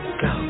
go